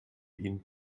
ihn